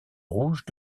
rouge